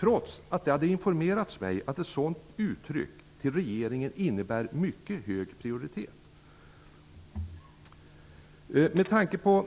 Trots att det hade informerats mig att ett sådant uttryck till regeringen innebär mycket hög prioritet skulle jag med tanke på